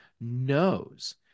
knows